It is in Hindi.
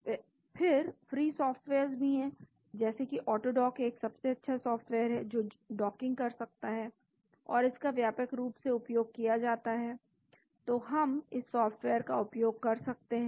लेकिन फ्री सॉफ्टवेयर्स भी हैं जैसे कि ऑटोडॉक एक सबसे अच्छा सॉफ्टवेयर है जो डॉकिंग कर सकता है और इसका व्यापक रूप से उपयोग किया जाता है तो हम इस सॉफ्टवेयर का उपयोग कर सकते हैं